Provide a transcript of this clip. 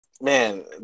Man